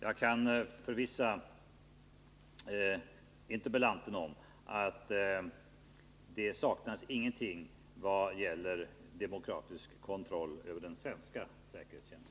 Jag kan försäkra interpellanten att det saknas ingenting vad gäller demokratisk kontroll av den svenska säkerhetstjänsten.